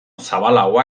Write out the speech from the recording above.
zabalagoa